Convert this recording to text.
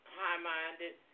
high-minded